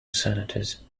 senators